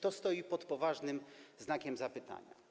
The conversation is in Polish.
To stoi pod poważnym znakiem zapytania.